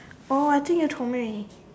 oh I think you told me